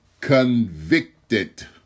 convicted